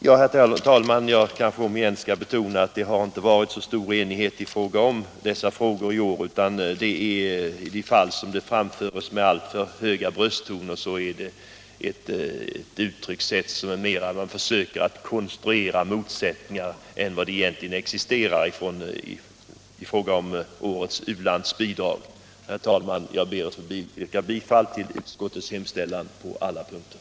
Herr talman! Jag skall på nytt betona att det inte varit så stor oenighet om årets u-landsbidrag, så när det används höga brösttoner är det mera Internationellt utvecklingssamar fråga om ett försök att konstruera större motsättningar än de som egentligen existerar. Herr talman! Jag ber att få yrka bifall till utskottets hemställan på alla punkter.